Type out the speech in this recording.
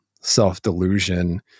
self-delusion